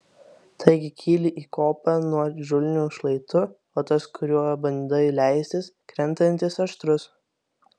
taigi kyli į kopą nuožulniu šlaitu o tas kuriuo bandai leistis krentantis aštrus